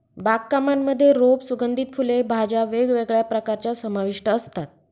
बाग कामांमध्ये रोप, सुगंधित फुले, भाज्या वेगवेगळ्या प्रकारच्या समाविष्ट असतात